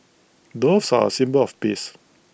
doves are A symbol of peace